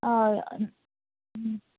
ಹ್ಞೂ